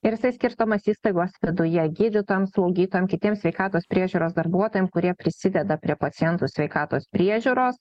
ir jisai skirstomas įstaigos viduje gydytojam slaugytojam kitiem sveikatos priežiūros darbuotojam kurie prisideda prie pacientų sveikatos priežiūros